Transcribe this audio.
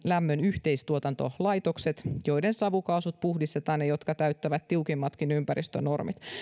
lämmön yhteistuotantolaitokset joiden savukaasut puhdistetaan ja jotka täyttävät tiukimmatkin ympäristönormit